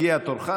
הגיע תורך,